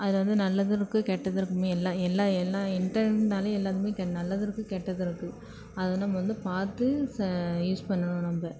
அதில் வந்து நல்லதும் இருக்கு கெட்டதும் இருக்குமே எல்லாம் எல்லாம் எல்லாம் இன்டர்நெட்னாலே எல்லாத்துக்கும் கெட் நல்லதும் இருக்குது கெட்டதும் இருக்குது அது நம்ம வந்து பார்த்து ச யூஸ் பண்ணணும் நம்ம